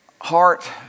heart